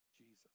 Jesus